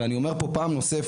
ואני אומר פה פעם נוספת,